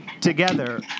together